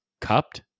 cupped